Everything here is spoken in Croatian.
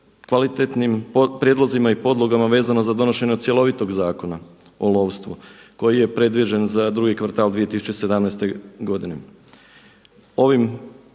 kvalitetnim prijedlozima i podlogama vezano za donošenje jednog cjelovitog Zakona o lovstvu koji je predviđen za drugi kvartal 2017. godine.